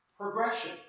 progression